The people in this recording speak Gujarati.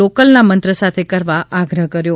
લોકલના મંત્ર સાથે કરવા આગ્રહ કર્યો